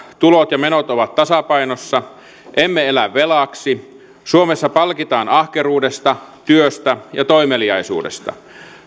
tulot ja menot ovat tasapainossa emme elä velaksi suomessa palkitaan ahkeruudesta työstä ja toimeliaisuudesta